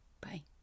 Bye